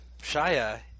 Shia